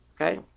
Okay